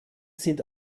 sind